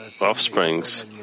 offsprings